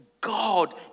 God